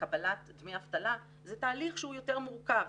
קבלת דמי אבטלה זה תהליך שהוא יותר מורכב.